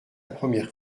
première